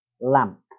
lamp